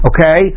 Okay